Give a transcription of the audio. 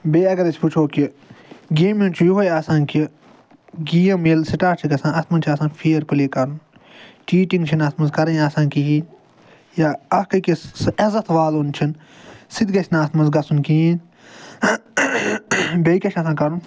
بیٚیہِ اگر أسۍ وٕچھو کہِ گیمہِ ہُنٛد چھِ یِہوٚے آسان کہِ گیم ییٚلہِ سِٹاٹ چھِ گَژھان اَتھ منٛز چھِ آسان فِیَر پٕلے کَرُن چیٖٹِنٛگ چھِنہٕ اَتھ منٛز کَرٕنۍ آسان کِہیٖنۍ یا اَکھ أکِس سُہ عزت والُن چھُنہٕ سُہ تہِ گَژھِ نہٕ اَتھ منٛز گَژھُن کِہیٖنۍ بیٚیہِ کیٛاہ چھِ آسان کَرُن